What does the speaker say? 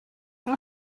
how